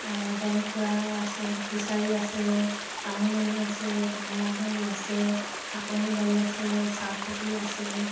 জনখোৰা আছে ফিছাৰী আছে তামোলনি আছে কমলা বাৰী আছে শাকনি বাৰী আছে চাহ খেতি আছে